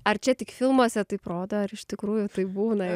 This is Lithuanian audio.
ar čia tik filmuose taip rodo ar iš tikrųjų taip būna